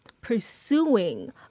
pursuing